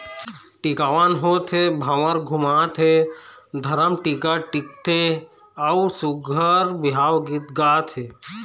टिकावन होथे, भांवर घुमाथे, धरम टीका टिकथे अउ सुग्घर बिहाव गीत गाथे